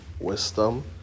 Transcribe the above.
wisdom